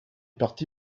parti